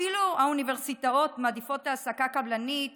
אפילו האוניברסיטאות מעדיפות העסקה קבלנית